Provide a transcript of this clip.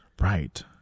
Right